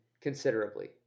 considerably